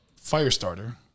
Firestarter